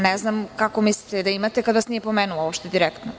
Ne znam kako mislite da imate kada vas nije pomenuo uopšte direktno?